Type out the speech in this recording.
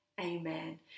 Amen